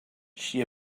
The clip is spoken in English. she